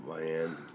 man